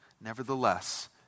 Nevertheless